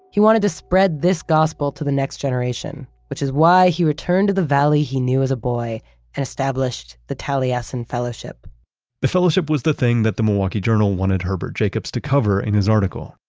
he wanted to spread this gospel to the next generation, which is why he returned to the valley he knew as a boy and established the taliesin fellowship the fellowship was the thing that the milwaukee journal wanted herbert jacobs to cover in his article.